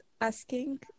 asking